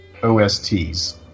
OSTs